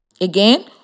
Again